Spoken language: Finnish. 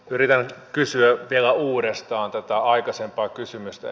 yritän nyt kysyä vielä uudestaan tätä aikaisempaa kysymystä